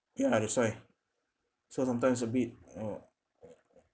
ya that's why so sometimes a bit you know